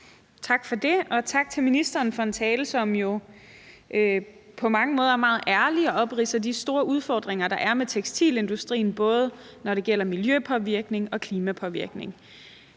Tak for det, og tak til ministeren for en tale, som jo på mange måder meget ærligt opridser de store udfordringer, der er med tekstilindustrien, både når det gælder miljøpåvirkning, og når